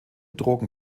drogen